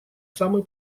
самый